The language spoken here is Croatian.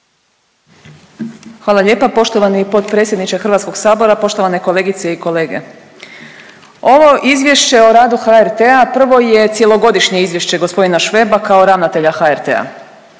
Hvala lijepa poštovani potpredsjedniče Hrvatskog sabora, poštovane kolegice i kolege. Ovo izvješće o radu HRT-a prvo je cjelogodišnje izvješće gospodina Šveba kao ravnatelja HRT-a.